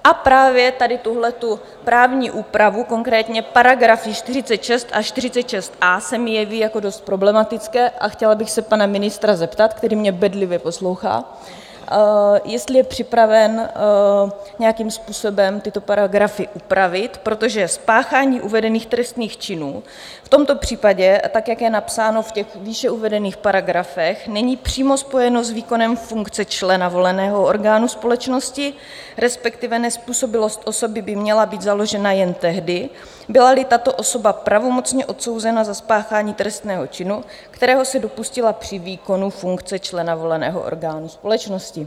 A právě tady tuhle právní úpravu, konkrétně §§ 46 a 46a, se mi jeví jako dost problematické a chtěla bych se pana ministra zeptat, který mě bedlivě poslouchá, jestli je připraven nějakým způsobem tyto paragrafy upravit, protože spáchání uvedených trestných činů v tomto případě tak, jak je napsáno v těch výše uvedených paragrafech, není přímo spojeno s výkonem funkce člena voleného orgánu společnosti, respektive nezpůsobilost osoby by měla být založena jen tehdy, bylali tato osoba pravomocně odsouzena za spáchání trestného činu, kterého se dopustila při výkonu funkce člena voleného orgánu společnosti.